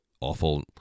awful